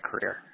career